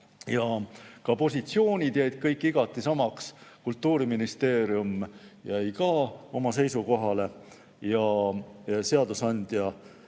ja positsioonid jäid kõik igati samaks. Kultuuriministeerium jäi ka oma seisukohale, ent seadusandja